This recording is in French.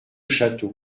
château